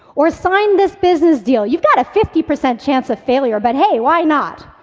or sign this business deal, you've got a fifty percent chance of failure, but hey, why not?